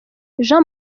jean